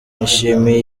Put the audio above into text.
nishimiye